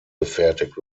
gefertigt